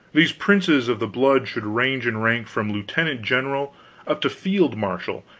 these princes of the blood should range in rank from lieutenant-general up to field marshal,